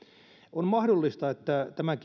on mahdollista että tämän